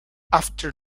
after